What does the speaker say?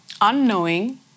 Unknowing